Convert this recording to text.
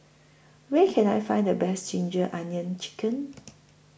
Where Can I Find The Best Ginger Onions Chicken